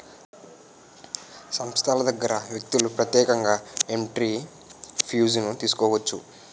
సంస్థల దగ్గర వ్యక్తులు ప్రత్యేకంగా ఎంటర్ప్రిన్యూర్షిప్ను తీసుకోవచ్చు